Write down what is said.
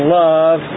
love